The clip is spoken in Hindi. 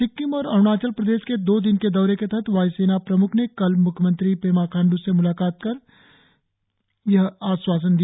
सिक्किम और अरुणाचल प्रदेश के दो दिन के दौरे के तहत वायुसेना प्रमुख ने कल मुख्यमंत्री पेमा खांडू से मुलाकात के दौरान यह आश्वासन दिया